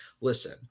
listen